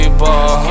ball